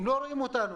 הם לא רואים אותנו.